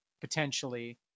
potentially